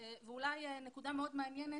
אולי נקודה מאוד מעניינת.